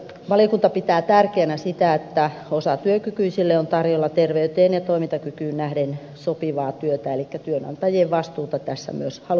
valiokunta pitää tärkeänä sitä että osatyökykyisille on tarjolla terveyteen ja toimintakykyyn nähden sopiva työtä elikkä työnantajien vastuuta tässä myös halutaan korostaa